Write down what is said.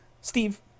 Steve